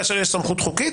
כשיש סמכות חוקית,